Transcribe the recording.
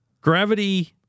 gravity